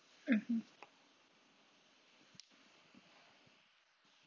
mmhmm